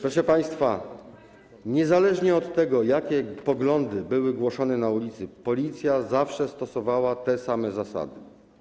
Proszę państwa, niezależnie od tego, jakie poglądy były głoszone na ulicy, policja zawsze stosowała te same zasady.